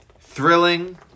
thrilling